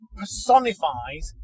personifies